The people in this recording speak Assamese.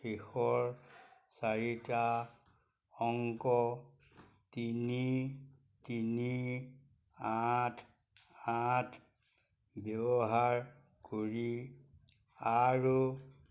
শেষৰ চাৰিটা অংক তিনি তিনি আঠ আঠ ব্যৱহাৰ কৰি আৰু